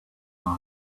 our